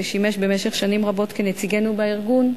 ששימש במשך שנים רבות כנציגנו בארגון,